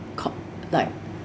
co~ like